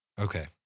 Okay